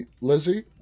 Lizzie